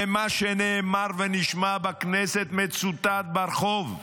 ומה שנאמר ונשמע בכנסת מצוטט ברחוב.